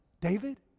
David